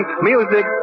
music